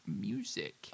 music